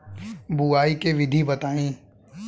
बुआई के विधि बताई?